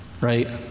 right